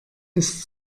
ist